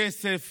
כסף